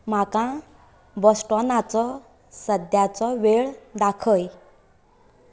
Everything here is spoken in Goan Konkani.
म्हाका बॉस्टोनाचो सद्याचो वेळ दाखय